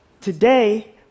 Today